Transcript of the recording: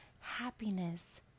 happiness